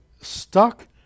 stuck